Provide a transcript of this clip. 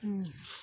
ᱦᱮᱸ